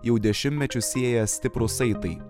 jau dešimtmečius sieja stiprūs saitai